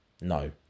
no